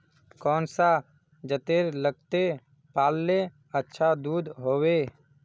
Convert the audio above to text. कौन सा जतेर लगते पाल्ले अच्छा दूध होवे?